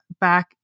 back